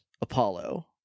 Apollo